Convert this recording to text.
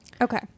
Okay